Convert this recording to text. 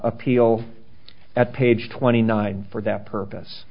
appeal at page twenty nine for that purpose